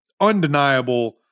undeniable